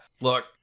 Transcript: Look